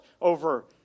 over